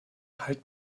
halt